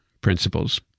principles